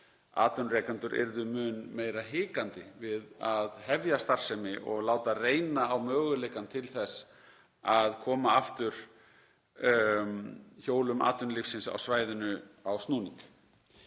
atvinnurekendur yrðu mun meira hikandi við að hefja starfsemi og láta reyna á möguleika til þess að koma aftur hjólum atvinnulífsins á svæðinu á snúning.